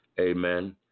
Amen